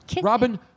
Robin